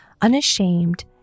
Unashamed